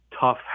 tough